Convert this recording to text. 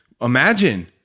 Imagine